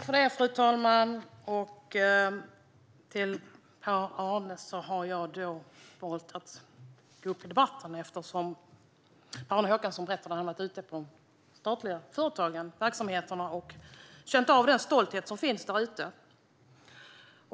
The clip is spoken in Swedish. Fru talman! Per-Arne Håkansson berättade att han hade varit ute på de statliga företagen och verksamheterna och känt av den stolthet som finns där.